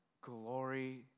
glory